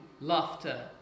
laughter